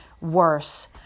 worse